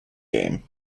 game